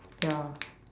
ya